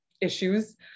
issues